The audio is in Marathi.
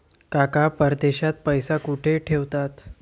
काका परदेशात पैसा कुठे ठेवतात?